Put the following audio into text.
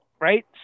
right